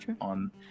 on